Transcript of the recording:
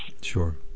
sure